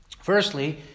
Firstly